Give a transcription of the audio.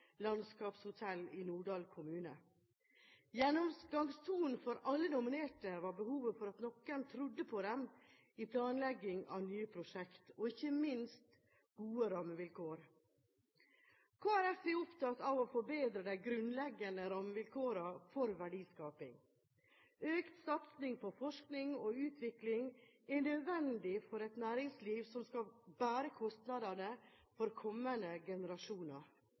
Landskapshotell i Norddal kommune. Gjennomgangstonen for alle nominerte var behovet for at noen trodde på dem i planlegging av nye prosjekt, og ikke minst gode rammevilkår. Kristelig Folkeparti er opptatt av å forbedre de grunnleggende rammevilkårene for verdiskaping. Økt satsing på forskning og utvikling er nødvendig for et næringsliv som skal bære kostnadene for kommende generasjoner.